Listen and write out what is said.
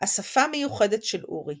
השפה המיוחדת של אורי